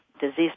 disease